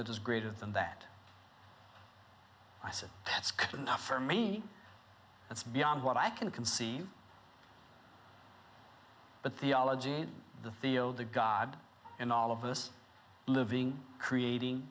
that is greater than that i said that's enough for me it's beyond what i can conceive but theology the field the god in all of us living creating